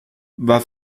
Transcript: war